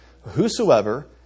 Whosoever